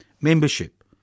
Membership